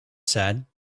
said